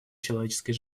человеческой